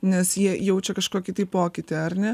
nes jie jaučia kažkokį tai pokytį ar ne